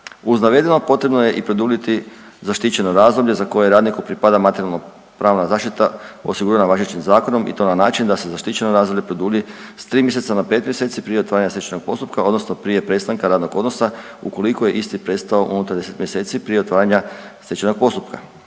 Uz navedeno, potrebno je i produljiti zaštićeno razdoblje za koje radniku pripada materijalnopravna zaštita osigurana važećim zakonom i to na način da se zaštićeno razdoblje produlji s 3 mjeseca na 5 mjeseci prije otvaranja stečajnog postupka odnosno prije prestanka radnog odnosa ukoliko je isti prestao unutar 10 mjeseci prije otvaranja stečajnog postupka.